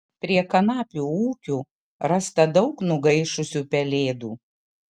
prie kanapių ūkių rasta daug nugaišusių pelėdų